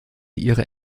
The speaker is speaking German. ihre